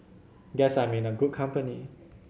guess I'm in a good company